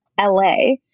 LA